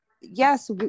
yes